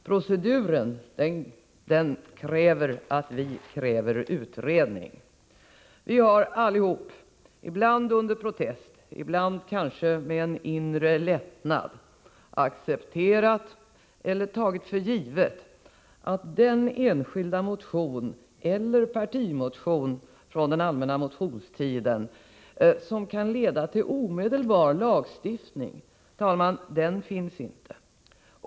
Proceduren kräver att vi kräver utredning. Vi har alla — ibland under protest, ibland med en inre lättnad — accepterat eller tagit för givet att den enskilda motion eller partimotion från den allmänna motionstiden som kan leda till omedelbar lagstiftning inte finns.